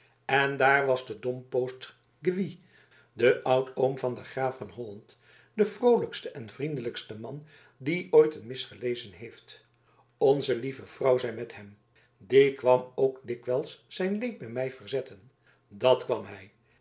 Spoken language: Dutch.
en daar was de domproost gwy de oudoom van den graaf van holland de vroolijkste en vriendelijkste man die ooit een mis gelezen heeft onze l v zij met hem die kwam ook dikwijls zijn leed bij mij verzetten dat kwam hij